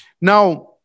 Now